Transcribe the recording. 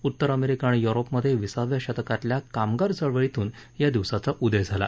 उत्तर अमेरिका आणि युरोपमध्ये विसाव्या शतकातल्या कामगार चळवळीतून या दिवसाचा उदय झाला